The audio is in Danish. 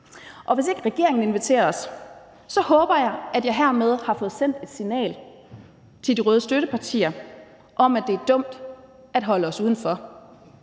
Hvis ikke regeringen inviterer os, håber jeg, at jeg hermed har fået sendt et signal til de røde støttepartier om, at det er dumt at holde os udenfor.